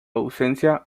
ausencia